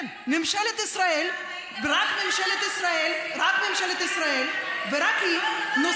בלי הצחנה של השרפות הנוראיות שמשתוללות